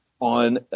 on